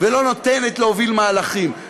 ולא נותנת להוביל מהלכים.